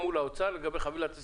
לגבי חבילת הסיוע?